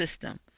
system